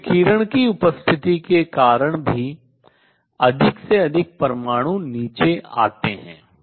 तो विकिरण की उपस्थिति के कारण भी अधिक से अधिक परमाणु नीचे आतें है